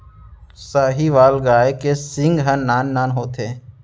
साहीवाल गाय के सींग ह नान नान होथे